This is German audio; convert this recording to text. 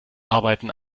arbeiten